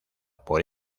por